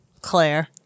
Claire